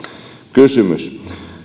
kysymys